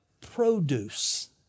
produce